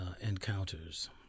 encounters